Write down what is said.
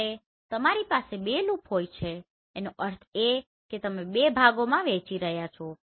જ્યારે તમારી પાસે 2 લૂપ હોય છે તેનો અર્થ એ કે તમે 2 ભાગોમાં વહેંચી રહ્યા છો